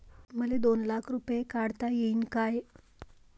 मले दोन लाख रूपे काढता येईन काय?